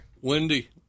wendy